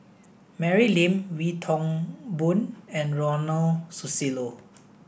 Mary Lim Wee Toon Boon and Ronald Susilo